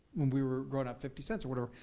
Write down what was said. we were growing up, fifty cents or whatever,